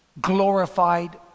glorified